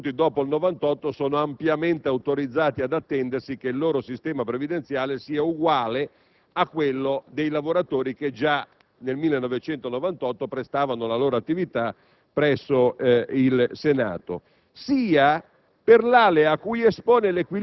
tutti coloro che sono stati assunti dopo il 1998 sono ampiamente autorizzati ad attendersi che il loro sistema previdenziale sia uguale a quello dei lavoratori che già nel 1998 prestavano la loro attività presso il Senato),